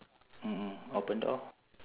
mm mm open door